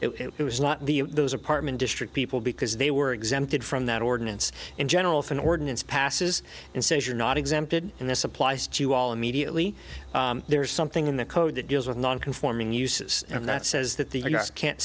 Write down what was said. it was not the those apartment district people because they were exempted from that ordinance in general for an ordinance passes and says you're not exempted and this applies to all immediately there is something in the code that deals with non conforming uses and that says that the u s can't